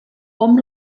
hom